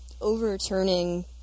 overturning